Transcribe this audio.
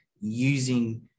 using